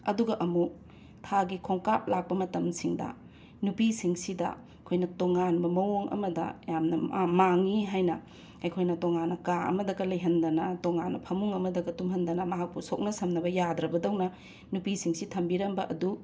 ꯑꯗꯨꯒ ꯑꯃꯨꯛ ꯊꯥꯒꯤ ꯈꯣꯡꯀꯥꯞ ꯂꯥꯛꯄ ꯃꯇꯝꯁꯤꯡꯗ ꯅꯨꯄꯤꯁꯤꯡꯁꯤꯗ ꯑꯩꯈꯣꯏꯅ ꯇꯣꯉꯥꯟꯕ ꯃꯑꯣꯡ ꯑꯃꯗ ꯌꯥꯝꯅ ꯃꯥꯡꯉꯤ ꯍꯥꯏꯅ ꯑꯩꯈꯣꯏꯅ ꯇꯣꯉꯥꯟꯅ ꯀꯥ ꯑꯃꯗꯒ ꯂꯩꯍꯟꯗꯅ ꯇꯣꯉꯥꯟꯅ ꯐꯃꯨꯡ ꯑꯃꯗꯒ ꯇꯨꯝꯍꯟꯗꯅ ꯃꯍꯥꯛꯄꯨ ꯁꯣꯛꯅ ꯁꯝꯅꯕ ꯌꯥꯗ꯭ꯔꯕꯗꯧꯅ ꯅꯨꯄꯤꯁꯤꯡꯁꯤ ꯊꯝꯕꯤꯔꯝꯕ ꯑꯗꯨ